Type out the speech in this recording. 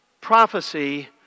prophecy